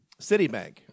Citibank